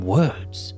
words